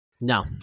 No